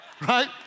right